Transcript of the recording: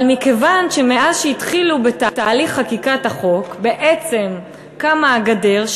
אבל מכיוון שמאז שהתחילו בתהליך חקיקת החוק בעצם קמה הגדר,